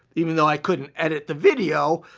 even though i couldn't edit the video,